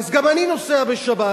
אז גם אני נוסע בשבת,